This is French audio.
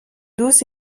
douce